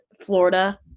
florida